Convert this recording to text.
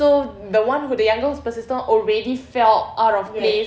so the one the youngest who's persistent already felt out of place